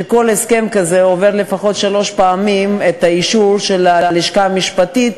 שכל הסכם כזה עובר לפחות שלוש פעמים את האישור של הלשכה המשפטית.